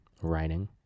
writing